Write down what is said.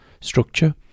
structure